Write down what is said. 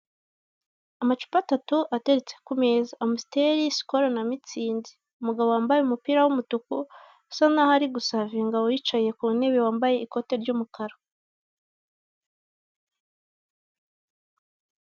Amacupa atatu ateretse ku meza, amusiteri, sikoro na mitsingi. Umugabo wambaye umupira w'umutuku usa naho ari gusavinga uwicaye ku ntebe wambaye ikote ry'umukara.